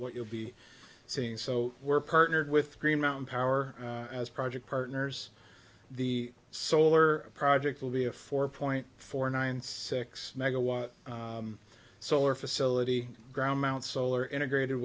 what you'll be seeing so we're partnered with green mountain power as project partners the solar project will be a four point four nine six megawatt solar facility ground mount solar integrated